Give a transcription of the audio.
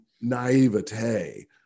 naivete